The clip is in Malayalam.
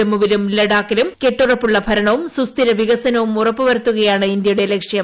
ജമ്മുവിലും ലഡാക്കിലും കെട്ടുറപ്പുള്ള ഭരണവും സുസ്ഥിര വികസനവും ഉറപ്പുവരുത്തുകയാണ് ഇന്ത്യയുടെ ലക്ഷ്യം